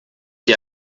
die